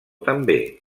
també